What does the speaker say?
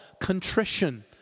contrition